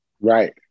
right